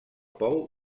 pou